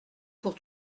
pour